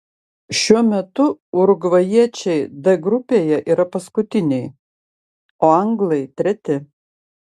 šiuo metu urugvajiečiai d grupėje yra paskutiniai o anglai treti